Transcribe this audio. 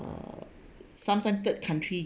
uh sometime third country